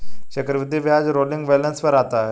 चक्रवृद्धि ब्याज rolling balance पर आता है